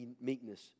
meekness